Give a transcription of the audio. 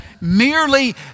merely